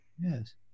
Yes